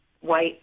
white